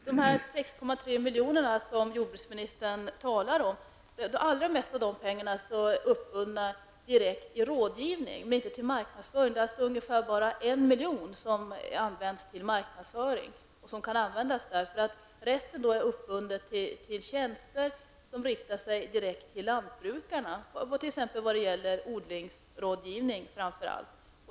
Herr talman! Det mesta av de 6,3 milj.kr. som jordbruksministern talade om är direkt uppbundet för rådgivning och inte för marknadsföring. Det används bara ungefär 1 milj.kr. för marknadsföring. Resten är uppbunden till tjänster som riktar sig direkt till lantbrukarna. Framför allt gäller det då odlingsrådgivning.